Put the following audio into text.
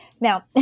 Now